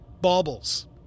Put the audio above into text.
baubles